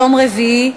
יום רביעי,